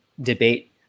debate